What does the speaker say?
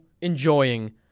enjoying